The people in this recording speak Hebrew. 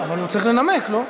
אבל הוא צריך לנמק, לא?